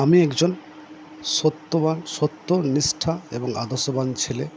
আমি একজন সত্যবান সত্য নিষ্ঠা এবং আদর্শবান ছেলে